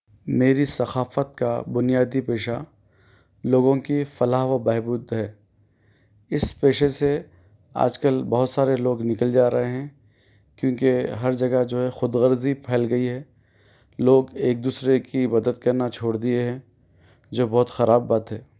میری ثقافت کا بنیادی پیشہ لوگوں کی فلاح و بہبود ہے اس پیشے سے آج کل بہت سارے لوگ نکل جا رہے ہیں کیونکہ ہر جگہ جو ہے خود غرضی پھیل گئی ہے لوگ ایک دوسرے کی مدد کرنا چھوڑ دیئے ہیں جو بہت خراب بات ہے